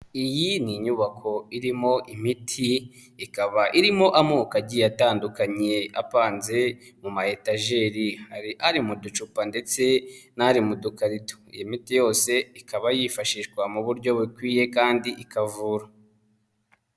Iyi ni inyubako irimo imiti, ikaba irimo amoko agiye atandukanye apanze mu ma etajeri, hari ari mu ducupa ndetse n'ari mu dukarito, iyi miti yose ikaba yifashishwa mu buryo bukwiye kandi ikavura.